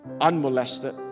unmolested